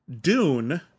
Dune